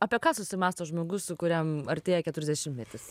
apie ką susimąsto žmogus kuriam artėja keturiasdešimtmetis